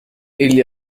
egli